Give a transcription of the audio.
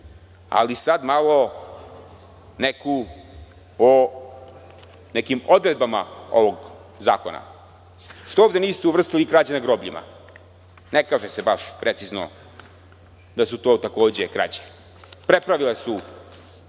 malo neku o nekim odredbama ovog zakona. Što ovde niste uvrstili i krađe na grobljima? Ne kaže se baš precizno da su to takođe krađe. Prepravljali su